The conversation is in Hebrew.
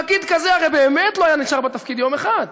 פקיד כזה הרי באמת לא היה נשאר בתפקיד יום אחד.